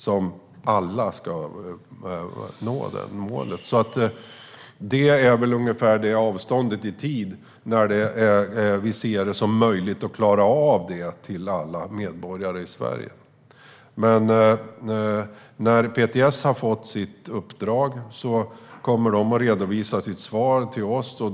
Då ska alla nå detta mål. Det här är ungefär det tidsavstånd som vi ser som möjligt för att klara av att alla medborgare i Sverige ska få detta. När PTS har fått sitt uppdrag kommer de att redovisa sitt svar till oss.